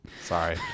Sorry